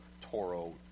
Toro